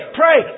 pray